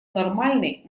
нормальной